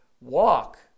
walk